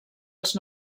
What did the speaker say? als